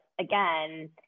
again